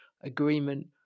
agreement